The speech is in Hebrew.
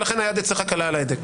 ולכן היד אצלך קלה על ההדק.